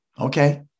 Okay